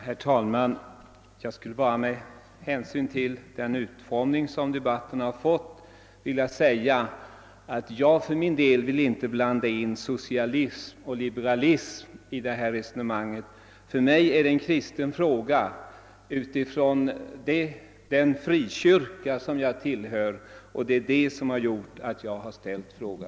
Herr talman! Med hänsyn till den utformning som debatten har fått önskar jag bara säga att jag för min del inte vill blanda in socialism och liberalism i det här resonemanget. För mig är detta en kristen fråga och en fråga för den frikyrka som jag tillhör, och det är det som gjort att jag har ställt min fråga.